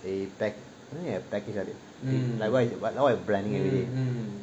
the back package at it like why you but now I am planning ahead